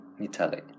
Italy